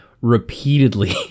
repeatedly